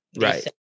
right